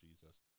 Jesus